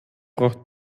braucht